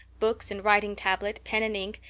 books and writing tablet, pen and ink,